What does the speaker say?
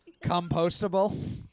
Compostable